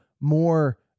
more